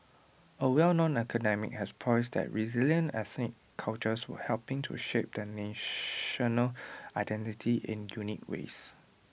A well known academic has posited that resilient ethnic cultures were helping to shape the national identity in unique ways